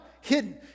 hidden